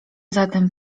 zatem